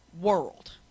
world